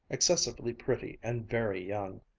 excessively pretty and very young.